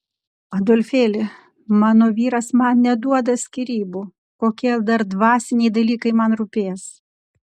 adolfėli mano vyras man neduoda skyrybų kokie dar dvasiniai dalykai man rūpės